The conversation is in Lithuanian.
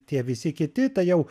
tie visi kiti tai jau